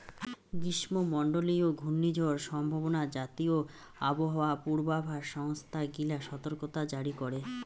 গ্রীষ্মমণ্ডলীয় ঘূর্ণিঝড় সম্ভাবনা জাতীয় আবহাওয়া পূর্বাভাস সংস্থা গিলা সতর্কতা জারি করে